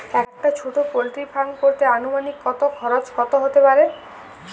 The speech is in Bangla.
একটা ছোটো পোল্ট্রি ফার্ম করতে আনুমানিক কত খরচ কত হতে পারে?